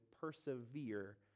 persevere